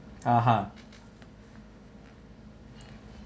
ah ha